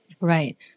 Right